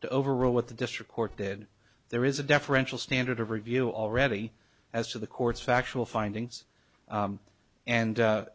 to overrule what the district court did there is a deferential standard of review already as to the court's factual findings and